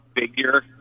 figure